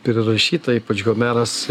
prirašyta ypač homeras